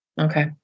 Okay